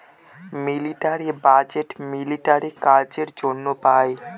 military budget military কাজের জন্য পাই